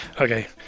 Okay